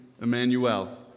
Emmanuel